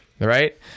right